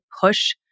push